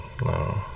No